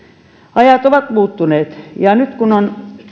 ajat ovat muuttuneet ja nyt kun on